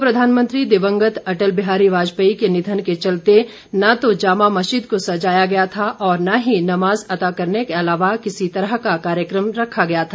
पूर्व प्रधानमंत्री दिवंगत अटल बिहारी वाजपेयी के निधन के चलते न तो जामा मस्जिद को सजाया गया था और न ही नमाज अता करने के अलावा किसी तरह का कार्यक्रम रखा गया था